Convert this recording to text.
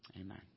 Amen